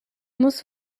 muss